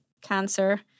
cancer